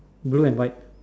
blue and white